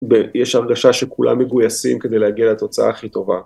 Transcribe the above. יש הרגשה שכולם מגויסים כדי להגיע לתוצאה הכי טובה.